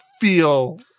feel